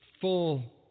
full